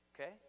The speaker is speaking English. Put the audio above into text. okay